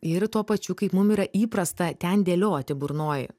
ir tuo pačiu kaip mum yra įprasta ten dėlioti burnoj